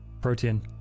protein